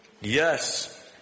Yes